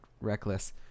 reckless